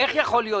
איך יכול להיות?